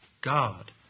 God